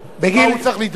הוא צריך לתבוע את זה?